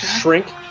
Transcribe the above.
shrink